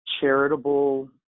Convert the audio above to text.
charitable